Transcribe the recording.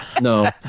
no